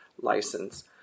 license